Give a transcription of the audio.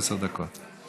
עשר דקות.